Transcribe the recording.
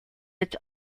its